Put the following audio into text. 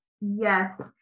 Yes